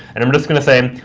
and i'm just going to say,